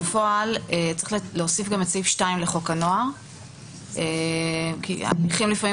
בפועל צריך להוסיף גם את סעיף 2 לחוק הנוער כי המקרים לפעמים